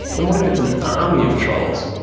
and what if it's an army of trolls?